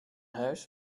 huis